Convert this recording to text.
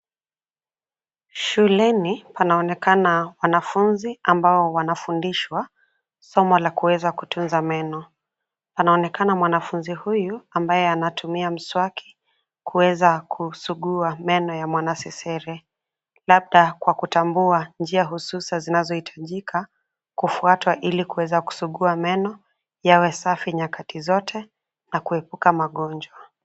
Shuleni panaonekana wanafunzi ambao wanafundishwa somo la kuweza kutunza meno. Panaonekana mwanafunzi huyu ambaye anatumia mswaki, kuweza kusugua meno ya mwanasesere; labda kwa kutambua njia hususa zinazohitajika kufuatwa ili kuweza kusugua meno, yawe safi nyakati zote na kuhepuka magonjwa.